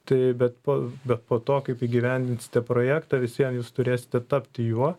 tai bet po bet po to kaip įgyvendinsite projektą vis vien jūs turėsite tapti juo